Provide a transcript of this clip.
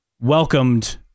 welcomed